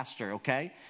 Okay